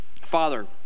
father